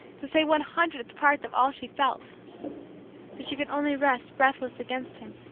to say one hundredth part of all she felt but she could only rest, breathless, against him,